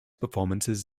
performances